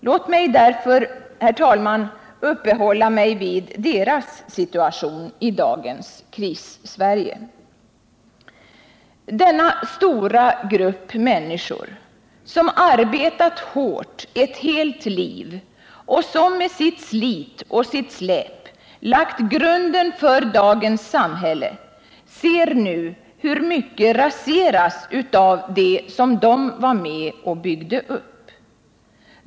Låt mig därför, herr talman, uppehålla mig vid deras situation i dagens Krissverige. Denna stora grupp människor, som arbetat hårt ett helt liv och som med sitt slit och sitt släp lagt grunden för dagens samhälle, ser nu hur mycket raseras av det som de var med och byggde upp.